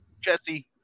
Jesse